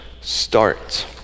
start